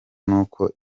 nuko